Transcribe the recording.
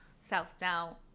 self-doubt